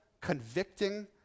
convicting